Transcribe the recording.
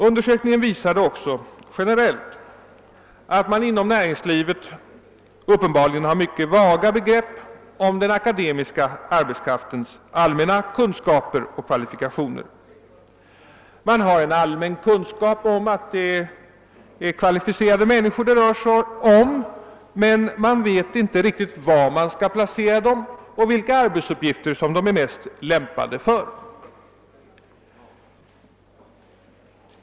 Undersökningen visar också generellt att man inom näringslivet uppenbarligen hyser mycket vaga begrepp om den akademiska arbetskraftens allmänna kunskaper och kvalifikationer. Man har en allmän uppfattning att det rör sig om kvalificerade människor, men man vet inte riktigt var man skall placera dem och vilka arbetsuppgifter de är mest lämpade för.